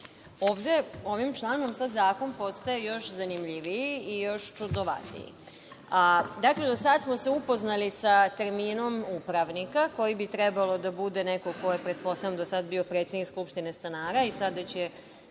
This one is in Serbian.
Ovim članom zakon postaje još zanimljiviji i još čudnovatiji. Dakle, do sada smo se upoznali sa terminom upravnika, koji bi trebalo da bude neko ko je pretpostavljam do sada bio predsednik skupštine stanara i sada će